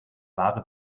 wahre